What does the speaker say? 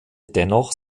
dennoch